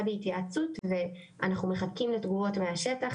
בהתייעצות ואנחנו מחכים לתגובות מהשטח,